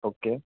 okay